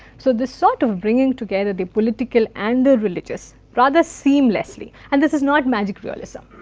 so this sort of bringing together the political and religious, rather seamlessly and this is not magic realism.